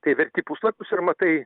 tai verti puslapius ir matai